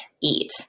eat